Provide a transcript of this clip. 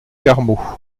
carmaux